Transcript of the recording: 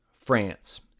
France